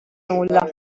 nulla